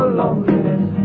loneliness